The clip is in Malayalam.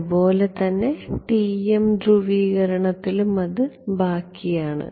അതുപോലെ തന്നെ TM ധ്രുവീകരണത്തിലും അത് ബാക്കിയാണ്